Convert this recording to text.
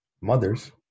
mothers